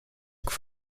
que